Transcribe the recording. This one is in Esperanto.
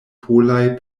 polaj